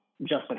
Justin